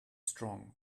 strong